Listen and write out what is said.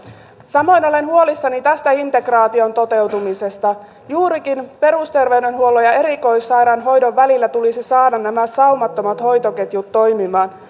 samoin olen huolissani integraation toteutumisesta juurikin perusterveydenhuollon ja erikoissairaanhoidon välillä tulisi saada nämä saumattomat hoitoketjut toimimaan